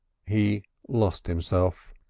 he lost himself.